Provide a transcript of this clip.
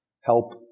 help